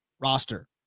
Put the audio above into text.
roster